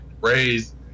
raise